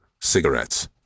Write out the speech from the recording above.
cigarettes